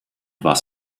was